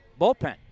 bullpen